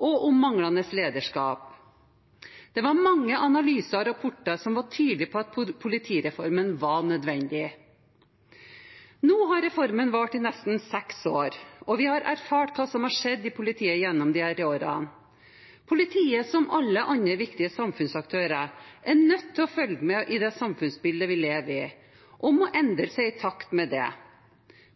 og om manglende lederskap. Det var mange analyser og rapporter som var tydelige på at politireformen var nødvendig. Nå har reformen vart i nesten seks år, og vi har erfart hva som har skjedd i politiet gjennom disse årene. Politiet, som alle andre viktige samfunnsaktører, er nødt til å følge med i det samfunnsbildet vi lever i, og må endre seg i takt med det.